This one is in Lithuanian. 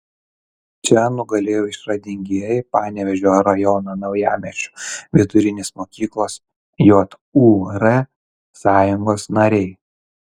čia nugalėjo išradingieji panevėžio rajono naujamiesčio vidurinės mokyklos jūr sąjungos nariai